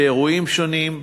באירועים שונים,